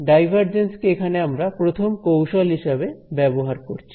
divergence কে এখানে আমরা প্রথম কৌশল হিসেবে ব্যবহার করছি